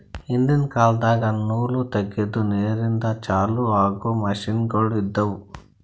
ಹಿಂದಿನ್ ಕಾಲದಾಗ ನೂಲ್ ತೆಗೆದುಕ್ ನೀರಿಂದ ಚಾಲು ಆಗೊ ಮಷಿನ್ಗೋಳು ಇದ್ದುವು